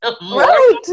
right